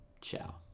Ciao